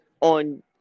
on